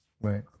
Right